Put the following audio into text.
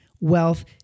wealth